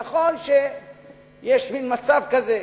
נכון שיש מין מצב כזה,